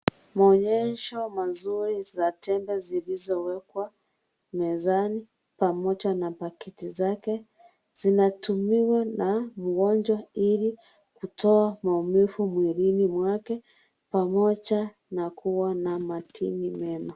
Muonyesho mazuri za tembe zilizo wekwa mezani pamoja na pakiti , zake zinatumiwa na mgonjwa ili kuto maumivu mwilini mwake, pamoja na kuwa na madini mema.